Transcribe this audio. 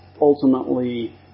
ultimately